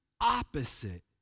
opposite